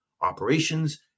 operations